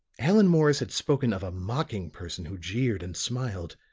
allan morris had spoken of a mocking person who jeered and smiled.